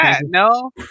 no